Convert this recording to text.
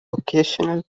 occasional